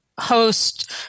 host